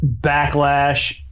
backlash